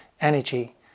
energy